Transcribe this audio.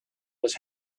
was